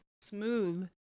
Smooth